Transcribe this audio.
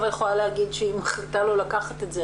יכולה להגיד שהיא מחליטה לא לקחת את זה,